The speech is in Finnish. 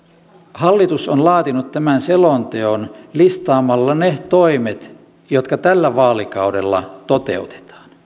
hallitus on laatinut tämän selonteon listaamalla ne toimet jotka tällä vaalikaudella toteutetaan